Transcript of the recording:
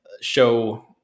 show